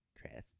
Chris